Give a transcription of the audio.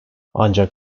ancak